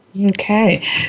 Okay